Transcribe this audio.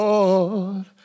Lord